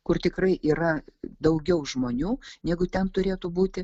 kur tikrai yra daugiau žmonių negu ten turėtų būti